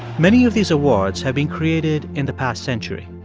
many of these awards have been created in the past century,